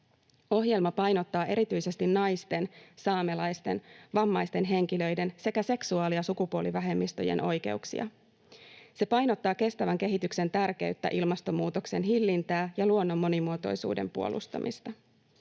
Ohjelma painottaa erityisesti naisten, saamelaisten, vammaisten henkilöiden sekä seksuaali- ja sukupuolivähemmistöjen oikeuksia. Se painottaa kestävän kehityksen tär-keyttä, ilmastonmuutoksen hillintää ja luonnon monimuotoisuuden puolustamista,